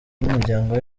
n’imiryango